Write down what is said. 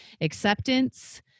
acceptance